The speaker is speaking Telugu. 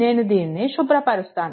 నేను దీనిని శుభ్రపరుస్తాను